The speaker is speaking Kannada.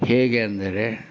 ಹೇಗೆ ಅಂದರೆ